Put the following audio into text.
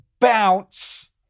bounce